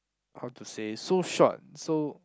how to say so short so